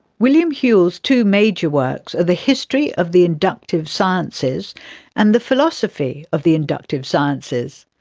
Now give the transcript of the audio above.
william whewell's two major works are the history of the inductive sciences and the philosophy of the inductive sciences.